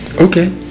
Okay